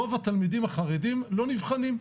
רוב התלמידים החרדים לא נבחנים,